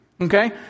Okay